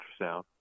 ultrasound